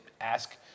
ask